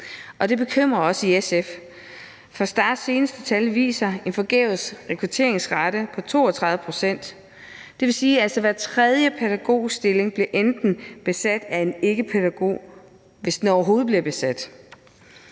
det bekymrer os i SF, for STAR's seneste tal viser en forgæves rekrutteringsrate på 32 pct. Det vil sige, at hver tredje pædagogstilling bliver besat af en ikkepædagog, hvis den overhovedet bliver besat.